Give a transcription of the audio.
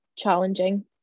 Challenging